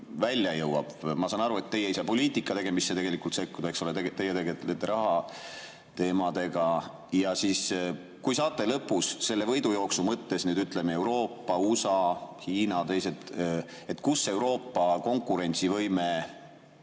välja jõuab? Ma saan aru, et teie ei saa poliitika tegemisse tegelikult sekkuda, eks ole, teie tegelete rahateemadega. Kas saate selle võidujooksu mõttes [öelda] – ütleme, Euroopa, USA, Hiina ja teised –, kus Euroopa oma konkurentsivõimega